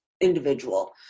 individual